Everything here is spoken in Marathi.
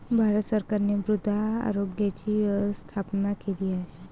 भारत सरकारने मृदा आरोग्याची स्थापना केली आहे